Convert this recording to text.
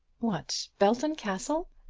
what belton castle?